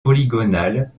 polygonales